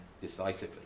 decisively